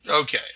Okay